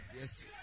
Yes